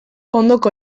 ondoko